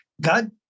God